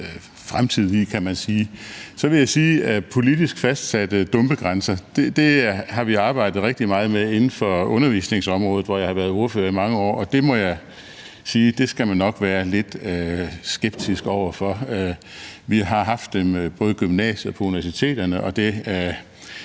fremtid i, kan man sige. Så vil jeg sige, at politisk fastsatte dumpegrænser har vi arbejdet rigtig meget med inden for undervisningsområdet, hvor jeg har været ordfører i rigtig mange år, og det må jeg sige at man nok skal være lidt skeptisk over for. Vi har haft dem både i gymnasierne og på universiteterne, og det